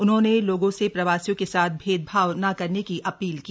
उन्होंने लोगों से प्रवासियों के साथ भेदभाव न करने की अपील की